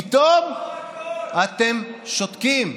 פתאום אתם שותקים.